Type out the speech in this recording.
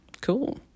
Cool